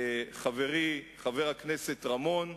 חברי חבר הכנסת רמון,